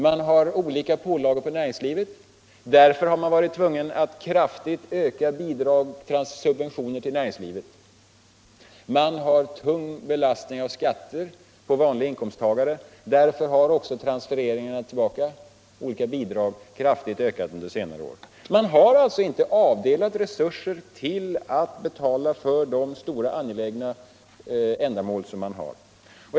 Man har olika pålagor på näringslivet, Därför har man varit tvungen att kraftigt öka bidrag och subventioner till näringslivet. Man har tung belastning av skatter på vanliga inkomsttagare. Därför har också transfereringarna tillbaka i form av olika bidrag kraftigt ökat under senare år. Man har alltså inte avdelat resurser till att betala för de stora och angelägna ändamål som det gäller.